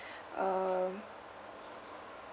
um